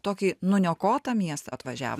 tokį nuniokotą miestą atvažiavo